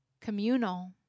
communal